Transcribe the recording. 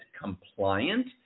compliant